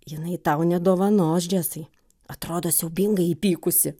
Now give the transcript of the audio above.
jinai tau nedovanos džesai atrodo siaubingai įpykusi